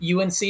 UNC